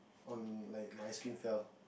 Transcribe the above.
on like my ice cream fell